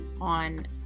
on